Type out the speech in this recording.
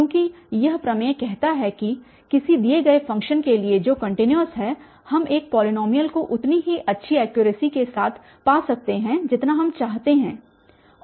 क्योंकि यह प्रमेय कहता है कि किसी दिए गए फ़ंक्शन के लिए जो कन्टिन्यूअस है हम एक पॉलीनॉमियल को उतनी ही अच्छी ऐक्युरसी के साथ पा सकते हैं जितना हम चाहते हैं